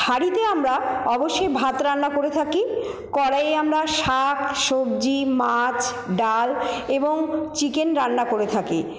হাঁড়িতে আমরা অবশ্যই ভাত রান্না করে থাকি কড়াইয়ে আমরা শাক সবজি মাছ ডাল এবং চিকেন রান্না করে থাকি